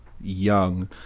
Young